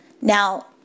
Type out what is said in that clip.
Now